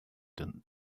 evident